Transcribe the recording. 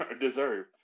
deserve